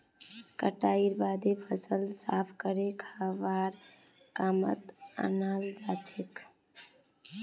कटाईर बादे फसल साफ करे खाबार कामत अनाल जाछेक